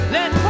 Let